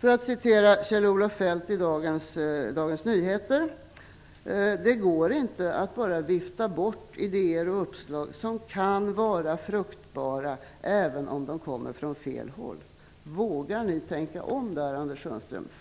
För att citera Kjell-Olof Feldt i Dagens Nyheter av i dag: "Det går inte att bara vifta bort idéer och uppslag som kan vara fruktbara även om de kommer från fel håll." Vågar ni tänka om